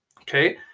Okay